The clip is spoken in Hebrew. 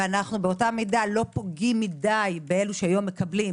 ובאותה מידה לא פוגעים מדי באלה שהיום מקבלים